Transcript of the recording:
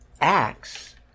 Acts